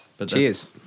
Cheers